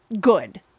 good